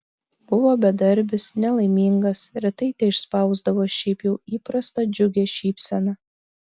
buvo bedarbis nelaimingas retai teišspausdavo šiaip jau įprastą džiugią šypseną